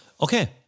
Okay